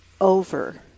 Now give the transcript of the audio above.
over